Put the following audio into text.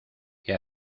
qué